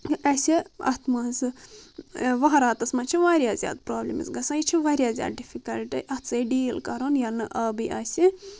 اسہِ اتھ منٛزٕ وہراتس منٛز چھ واریاہ زیادٕ پرابلم اسہِ گژھان یہِ چھِ واریاہ زیادٕ ڈفِکلٹ اتھ سۭتۍ ڈیٖل کرُن ییٚلہِ نہٕ آبٕے آسہِ